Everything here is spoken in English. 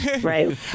Right